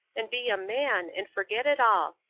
and be a man, and forget it all.